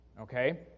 Okay